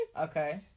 Okay